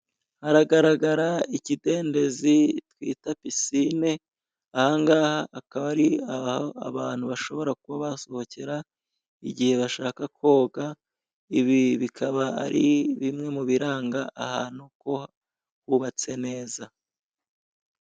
Hagaragara ikidendezi twita piscine, aha ngaha akaba ari aho abantu bashobora kuba basohokera igihe bashaka koga, ibi bikaba ari bimwe mu biranga ahantu ko hubatse neza.